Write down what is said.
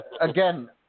again